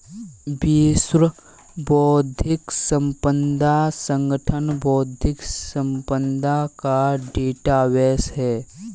विश्व बौद्धिक संपदा संगठन बौद्धिक संपदा का डेटाबेस है